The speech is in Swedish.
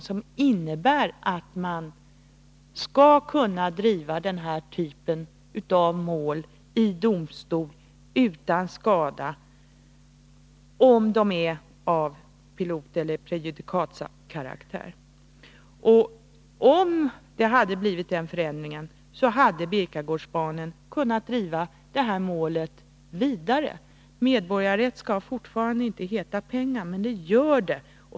Dessa förändringar innebär att man skall kunna driva denna typ av mål i domstol utan skada, om de är av piloteller prejudikatkaraktär. Om sådana förändringar hade skett, hade Birkagårdsbarnen kunnat driva detta mål vidare. Medborgarrätt skall fortfarande inte heta pengar. Men det gör den.